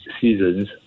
seasons